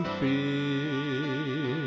fear